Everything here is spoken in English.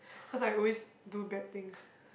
cause I always do bad things